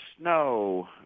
snow